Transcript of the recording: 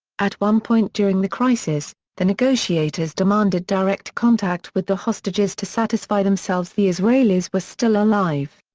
at one point during the crisis, the negotiators demanded direct contact with the hostages to satisfy themselves the israelis were still alive.